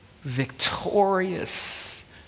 victorious